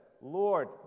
Lord